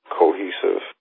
cohesive